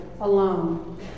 alone